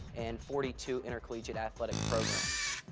and forty two intercollegiate athletic programs.